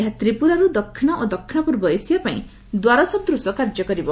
ଏହା ତ୍ରିପୁରାରୁ ଦକ୍ଷିଣ ଓ ଦକ୍ଷିଣ ପୂର୍ବ ଏସିଆ ପାଇଁ ଦ୍ୱାର ସଦୃଶ କାର୍ଯ୍ୟ କରିବ